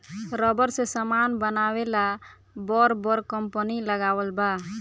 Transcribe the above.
rubber से समान बनावे ला बर बर कंपनी लगावल बा